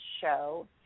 Show